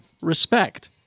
Respect